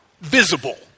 visible